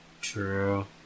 True